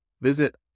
Visit